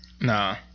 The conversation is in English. nah